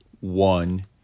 one